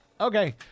Okay